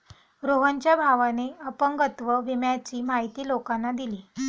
रोहनच्या भावाने अपंगत्व विम्याची माहिती लोकांना दिली